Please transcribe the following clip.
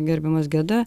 gerbiamas geda